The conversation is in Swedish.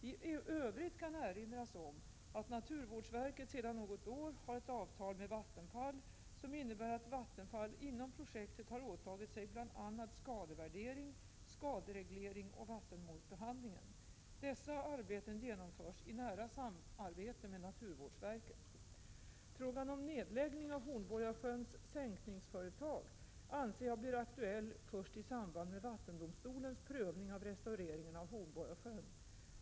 I övrigt kan erinras om att naturvårdsverket sedan något år tillbaka har ett avtal med Vattenfall, som innebär att Vattenfall inom projektet har åtagit sig bl.a. skadevärdering, skadereglering och vattenmålsbehandling. Dessa arbeten genomförs i nära samarbete med naturvårdsverket. Frågan om en nedläggning av Hornborgasjöns sänkningsföretag anser jag blir aktuell först i samband med vattendomstolens prövning av restaureringen av Hornborgasjön.